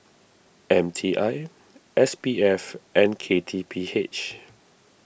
M T I S P F and K T P H